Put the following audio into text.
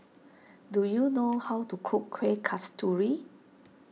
do you know how to cook Kuih Kasturi